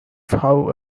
how